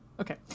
okay